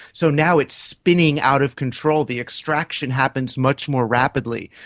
so now it's spinning out of control, the extraction happens much more rapidly.